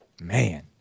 Man